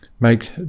make